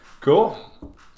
Cool